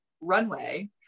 runway